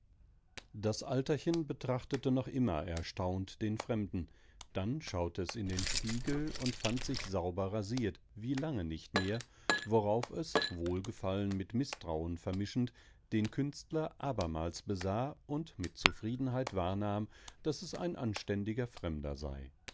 das alterchen betrachtete noch immer erstaunt den fremden dann schaute es in den spiegel und fand sich sauber rasiert wie lange nicht mehr worauf es wohlgefallen mit mißtrauen vermischend den künstler abermals besah und mit zufriedenheit wahrnahm daß es ein anständiger fremder sei